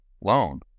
loan